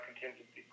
contingency